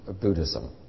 Buddhism